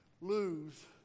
lose